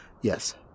Yes